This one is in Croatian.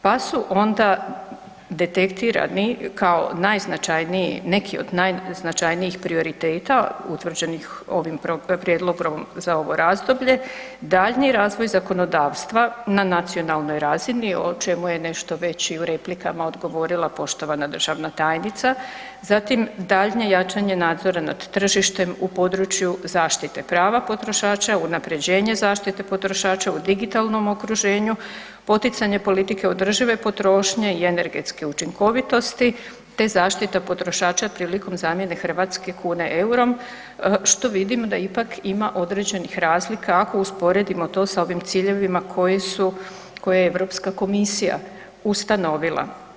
Pa su onda detektirani kao najznačajniji, neki od najznačajnijih prioriteta utvrđenih ovim prijedlogom za ovo razdoblje, daljnji razvoj zakonodavstva na nacionalnoj razini o čemu je nešto već i u replikama odgovorila poštovana državna tajnica, zatim daljnje jačanje nadzora nad tržištem u području zaštite prava potrošača, unaprjeđenje zaštite potrošača u digitalnom okruženju, poticanje politike održive potrošnje i energetske učinkovitosti te zaštita potrošača prilikom zamjene hrvatske kune eurom, što vidim da ipak ima određenih razlika ako usporedimo to sa ovim ciljevima koje je Europska komisija ustanovila.